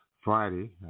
Friday